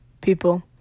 people